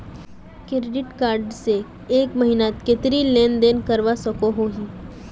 Credit card से एक महीनात कतेरी लेन देन करवा सकोहो ही?